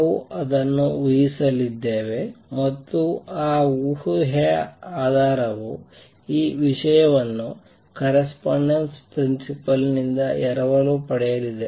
ನಾವು ಅದನ್ನು ಊಹಿಸಲಿದ್ದೇವೆ ಮತ್ತು ಆ ಊಹೆಯ ಆಧಾರವು ಈ ವಿಷಯವನ್ನು ಕರೆಸ್ಪಾಂಡೆನ್ಸ್ ಪ್ರಿನ್ಸಿಪಲ್ ನಿಂದ ಎರವಲು ಪಡೆಯಲಿದೆ